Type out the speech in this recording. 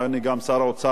שנכנס לכאן,